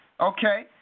Okay